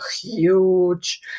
huge